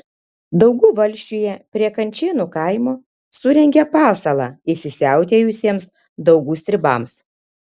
daugų valsčiuje prie kančėnų kaimo surengė pasalą įsisiautėjusiems daugų stribams